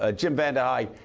ah jim vandehei,